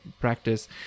practice